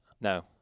No